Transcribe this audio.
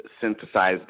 synthesized